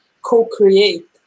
co-create